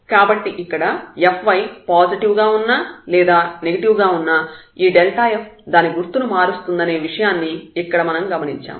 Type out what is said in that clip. కాబట్టి ఇక్కడ fy positive గా ఉన్నా లేదా నెగిటివ్ గా ఉన్నా ఈ f దాని గుర్తును మారుస్తుందనే విషయాన్ని ఇక్కడ మనం గమనించాము